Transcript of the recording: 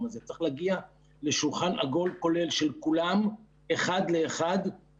הזה צריך להגיע לשולחן עגול כולל של כולם אחד לאחד,